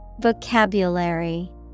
Vocabulary